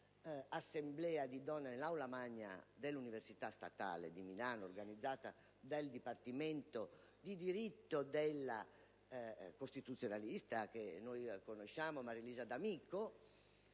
una straordinaria assemblea di donne nell'Aula magna dell'Università statale di Milano, organizzata dal Dipartimento di diritto della costituzionalista, che tutti conosciamo, Marilisa D'Amico.